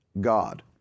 God